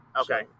okay